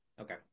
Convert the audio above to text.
Okay